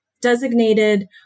designated